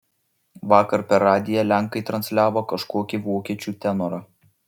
vakar per radiją lenkai transliavo kažkokį vokiečių tenorą